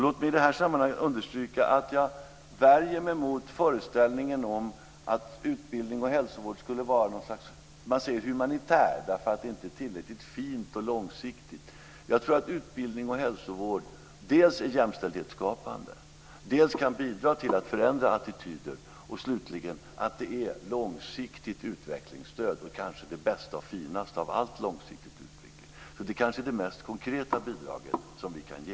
Låt mig i det sammanhanget understryka att jag värjer mig mot föreställningen om att utbildning och hälsovård skulle vara "humanitärt" därför att det inte är tillräckligt fint och långsiktigt. Men jag tror att utbildning och hälsovård dels är jämställdhetsskapande, dels kan bidra till att attityder förändras. Slutligen är det här långsiktigt utvecklingsstöd - kanske det bästa och finaste av allt i en långsiktig utveckling. Det är således kanske det mest konkreta bidrag som vi kan ge.